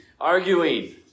arguing